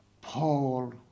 Paul